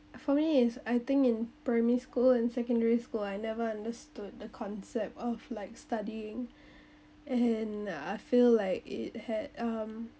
for me is I think in primary school and secondary school I never understood the concept of like studying and I feel like it had um